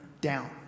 down